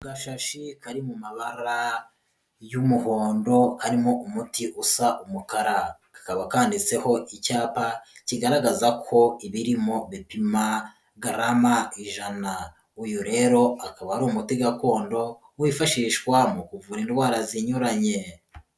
Agashashi kari mu mabara y'umuhondo, karimo umuti usa umukara, kakaba kanditseho icyapa kigaragaza ko ibirimo bipima garama ijana, uyu rero akaba ari umuti gakondo wifashishwa mu kuvura indwara zinyuranye.